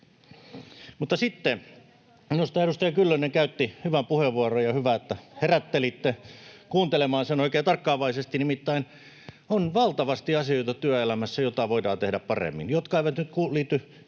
Mutta sitten, minusta edustaja Kyllönen käytti hyvän puheenvuoron, ja on hyvä, että herättelitte kuuntelemaan sen oikein tarkkaavaisesti. Nimittäin työelämässä on valtavasti asioita, joita voidaan tehdä paremmin — jotka eivät nyt liity näihin